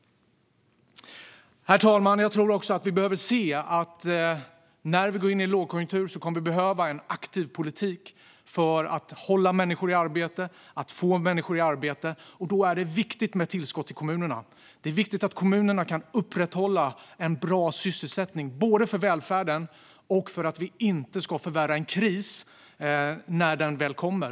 Herr talman! Jag tror också att vi behöver se att vi när vi går in i en lågkonjunktur kommer att behöva en aktiv politik för att hålla människor i arbete och få människor i arbete. Då är det viktigt med tillskott till kommunerna. Det är viktigt att kommunerna kan upprätthålla en bra sysselsättning, både för välfärden och för att vi inte ska förvärra en kris när den väl kommer.